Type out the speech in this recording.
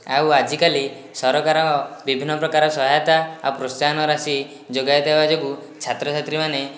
ଆଉ ଆଜିକାଲି ସରକାର ବିଭିନ୍ନ ପ୍ରକାର ସହାୟତା ଆଉ ପ୍ରୋତ୍ସାହନ ରାଶି ଯୋଗାଇ ଦେବା ଯୋଗୁଁ ଛାତ୍ରଛାତ୍ରୀ ମାନେ